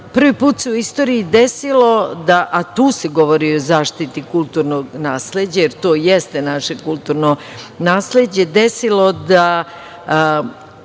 put se u istoriji desilo, a tu se govori o zaštiti kulturnog nasleđa, jer to jeste naše kulturno nasleđe, desilo da